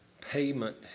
payment